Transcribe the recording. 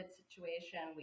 situation